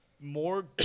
more